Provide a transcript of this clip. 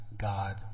God